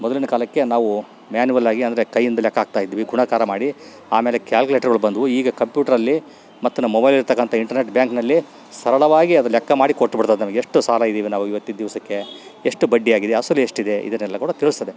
ಮೊದಲಿನ ಕಾಲಕ್ಕೆ ನಾವು ಮ್ಯಾನ್ವಲ್ ಆಗಿ ಅಂದರೆ ಕೈಯಿಂದ ಲೆಕ್ಕ ಹಾಕ್ತಾಯಿದ್ವಿ ಗುಣಾಕಾರ ಮಾಡಿ ಆಮೇಲೆ ಕ್ಯಾಲ್ಕುಲೇಟರ್ಗಳು ಬಂದವು ಈಗ ಕಂಪ್ಯೂಟ್ರಲ್ಲಿ ಮತ್ತು ನಮ್ಮ ಮೊಬೈಲ್ ಇರ್ತಕ್ಕಂಥ ಇಂಟರ್ನೆಟ್ ಬ್ಯಾಂಕ್ನಲ್ಲಿ ಸರಳವಾಗಿ ಅದು ಲೆಕ್ಕಮಾಡಿ ಕೊಟ್ಬಿಡ್ತದೆ ನಮಗೆ ಎಷ್ಟು ಸಾಲಯಿದ್ದೀವಿ ನಾವು ಇವತ್ತಿಂದ್ ದಿವಸಕ್ಕೆ ಎಷ್ಟು ಬಡ್ಡಿಯಾಗಿದೆ ಅಸಲು ಎಷ್ಟಿದೆ ಇದನ್ನೆಲ್ಲ ಕೂಡ ತಿಳಿಸ್ತದೆ